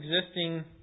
existing